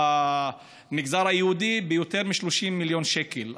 במגזר היהודי ביותר מ-30 מיליון שקל,